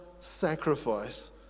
sacrifice